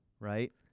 Right